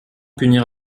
punir